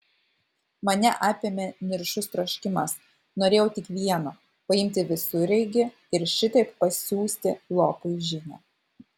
mane apėmė niršus troškimas norėjau tik vieno paimti visureigį ir šitaip pasiųsti lopui žinią